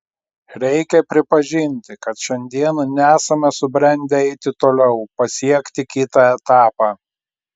reikia pripažinti kad šiandien nesame subrendę eiti toliau pasiekti kitą etapą